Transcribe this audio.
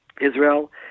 Israel